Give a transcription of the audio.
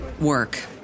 work